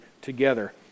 together